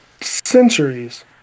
centuries